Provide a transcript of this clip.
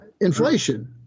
inflation